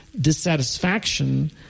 dissatisfaction